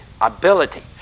ability